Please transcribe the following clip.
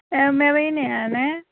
മെറീനയാണേ